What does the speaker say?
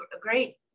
great